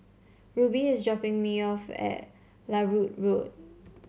Rubie is dropping me off at Larut Road